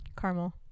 Caramel